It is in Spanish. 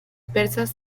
persas